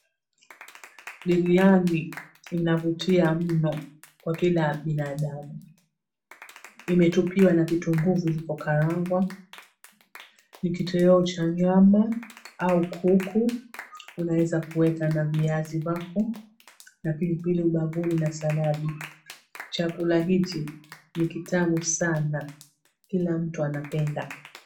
Biriyani inavutia mno kwa kila binadamu. Imetupiwa na vitunguu vilivyokarangwa. Ni kitoweo cha nyama au kuku unaweza kuweka na viazi vyako na pilipili ubavuni na saladi . Chakula hiki ni kitamu sana kila mtu anapenda.